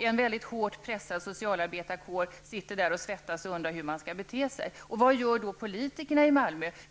En mycket hårt pressad socialarbetarkår sitter där och svettas och undrar hur man skall bete sig. Vad gör då politikerna i Malmö?